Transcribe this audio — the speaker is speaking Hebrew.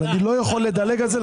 אבל אני לא יכול לדלג על זה,